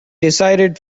decided